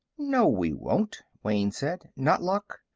no we won't, wayne said. not luck.